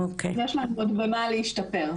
יש להם עוד במה להשתפר.